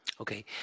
Okay